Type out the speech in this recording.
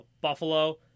Buffalo